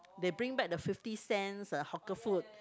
they bring back the fifty cents uh hawker food